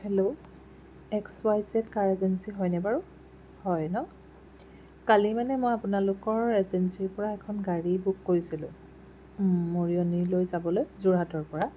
hello X Y Z car agency হয়নে বাৰু হয় ন কালি মানে মই আপোনালোকৰ এজেঞ্চি পৰা এখন গাড়ী বুক কৰিছিলো মৰিয়নিলৈ যাবলৈ যোৰহাটৰ পৰা